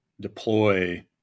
deploy